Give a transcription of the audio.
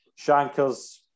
Shankers